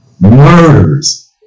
murders